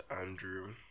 Andrew